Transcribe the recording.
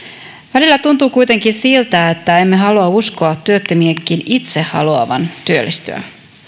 välillä tuntuu kuitenkin siltä että emme halua uskoa työttömien myös itse haluavan työllistyä